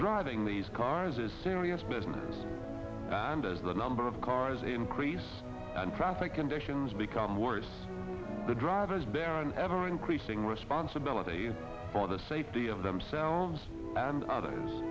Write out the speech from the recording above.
driving these cars is serious business and as the number of cars a increase in traffic conditions become worse the drivers bear an ever increasing responsibility for the safety of themselves and others